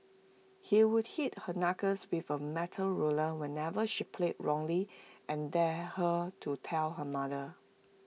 he would hit her knuckles before A metal ruler whenever she played wrongly and dared her to tell her mother